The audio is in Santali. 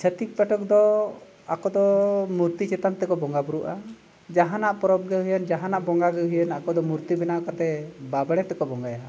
ᱪᱷᱟᱹᱛᱤᱠ ᱯᱟᱴᱷᱚᱠ ᱫᱚ ᱟᱠᱚᱫᱚ ᱢᱩᱨᱛᱤ ᱪᱮᱛᱟᱱ ᱛᱮᱠᱚ ᱵᱚᱸᱜᱟ ᱵᱩᱨᱩᱜᱼᱟ ᱡᱟᱦᱟᱱᱟᱜ ᱯᱚᱨᱚᱵᱽᱜᱮ ᱦᱩᱭᱮᱱ ᱡᱟᱦᱟᱱᱟᱜ ᱵᱚᱸᱜᱟᱜᱮ ᱦᱩᱭᱮᱱ ᱟᱠᱚᱫᱚ ᱢᱩᱨᱛᱤ ᱵᱮᱱᱟᱣ ᱠᱟᱛᱮ ᱵᱟᱢᱲᱮ ᱛᱮᱠᱚ ᱵᱚᱸᱜᱟᱭᱟ